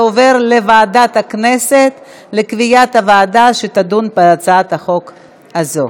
לוועדה שתקבע ועדת הכנסת נתקבלה.